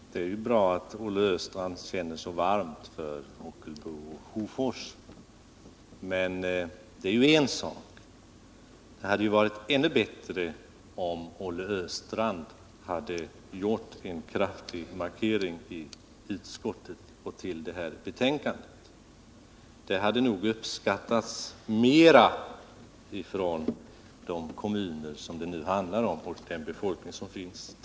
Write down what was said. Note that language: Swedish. Fru talman! Det är bra att Olle Östrand känner så varmt för Ockelbo och Hofors. Det är en sak, men det hade varit ännu bättre om Olle Östrand hade gjort en kraftig markering i utskottet till det här betänkandet. Det hade nog uppskattats mer av de berörda kommunerna och deras befolkning.